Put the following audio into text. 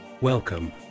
Welcome